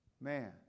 Man